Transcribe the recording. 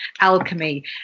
alchemy